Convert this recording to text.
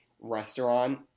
restaurant